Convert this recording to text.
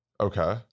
Okay